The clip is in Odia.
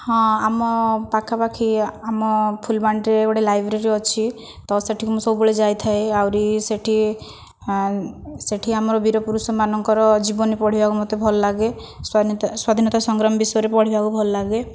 ହଁ ଆମ ପାଖାପାଖି ଆମ ଫୁଲବାଣୀରେ ଗୋଟିଏ ଲାଇବ୍ରେରୀ ଅଛି ତ ସେ'ଠିକି ମୁଁ ସବୁବେଳେ ଯାଇଥାଏ ଆହୁରି ସେ'ଠି ସେ'ଠି ଆମର ବୀର ପୁରୁଷମାନଙ୍କର ଜୀବନୀ ପଢ଼ିବାକୁ ମୋତେ ଭଲ ଲାଗେ ସ୍ଵାଧୀନତା ସଂଗ୍ରାମ ବିଷୟରେ ପଢ଼ିବାକୁ ଭଲ ଲାଗେ